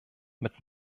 mit